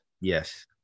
yes